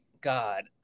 God